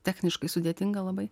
techniškai sudėtinga labai